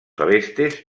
celestes